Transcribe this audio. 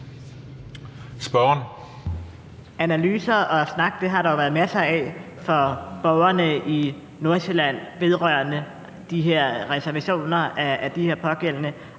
Analyser og snak har der jo været masser af for borgerne i Nordsjælland vedrørende reservationerne af de her arealer.